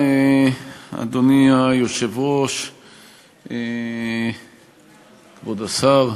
אדוני היושב-ראש, תודה רבה, כבוד השר,